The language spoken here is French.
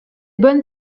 bonnes